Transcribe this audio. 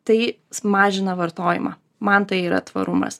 tai sumažina vartojimą man tai yra tvarumas